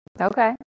Okay